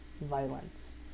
violence